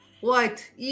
white